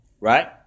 right